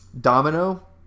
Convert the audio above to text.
domino